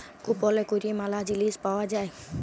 কুপলে ক্যরে ম্যালা জিলিস পাউয়া যায়